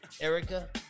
Erica